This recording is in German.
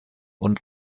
und